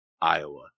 Iowa